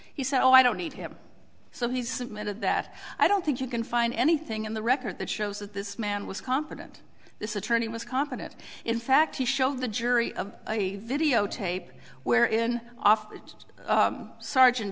he said oh i don't need him so he submitted that i don't think you can find anything in the record that shows that this man was confident this attorney was competent in fact he showed the jury of a videotape where in offered sergeant